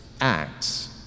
Acts